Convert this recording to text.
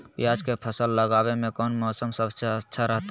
प्याज के फसल लगावे में कौन मौसम सबसे अच्छा रहतय?